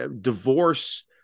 divorce